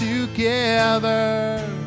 together